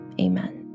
amen